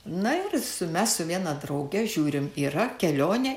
na ir su mes su viena drauge žiūrim yra kelionė į